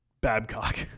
Babcock